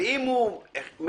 ואם הוא מחברה,